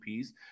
Ps